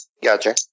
Gotcha